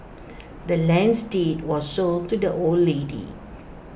the land's deed was sold to the old lady